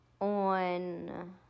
on